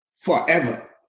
forever